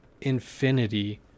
infinity